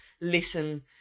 listen